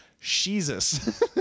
jesus